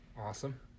Awesome